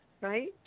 right